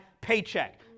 paycheck